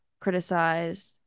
criticized